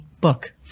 book